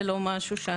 זה